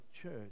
church